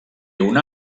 una